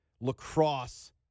lacrosse